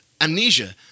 Amnesia